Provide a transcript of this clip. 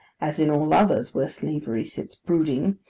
as in all others where slavery sits brooding,